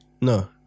No